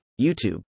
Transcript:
YouTube